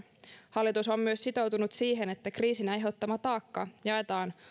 hallitus on myös sitoutunut siihen että kriisin aiheuttama taakka jaetaan